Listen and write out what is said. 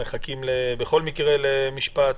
מחכים בכל מקרה למשפט?